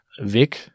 Vic